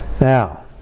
Now